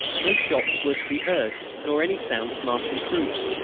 no shots were to be heard, nor any sound of marching troops.